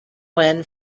when